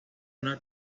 una